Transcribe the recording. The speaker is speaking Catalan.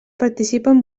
participen